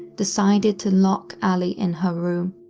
decided to lock allie in her room.